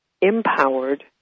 empowered